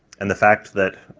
and the fact that